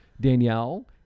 Danielle